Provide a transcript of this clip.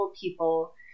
people